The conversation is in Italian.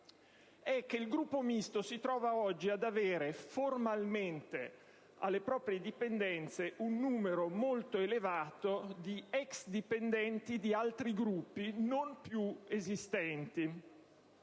il Gruppo Misto si trova oggi ad avere formalmente alle proprie dipendenze un numero molto elevato di ex-dipendenti di altri Gruppi non più esistenti: